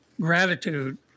gratitude